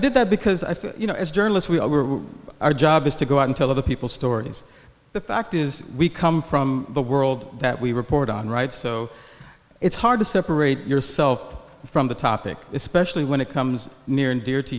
did that because i think you know as journalists we were our job is to go out and tell other people's stories the fact is we come from the world that we report on right so it's hard to separate yourself from the topic especially when it comes near and dear to